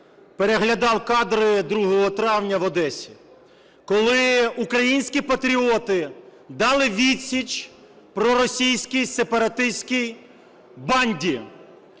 переглядав кадри 2 травня в Одесі, коли українські патріоти дали відсіч проросійській сепаратистській банді.